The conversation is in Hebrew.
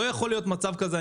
לא יכול להיות מצב כזה,